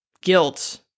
guilt